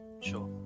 sure